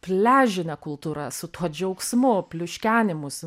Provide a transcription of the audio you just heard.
pliažine kultūra su tuo džiaugsmu pliuškenimusi